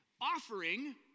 offering